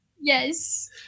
Yes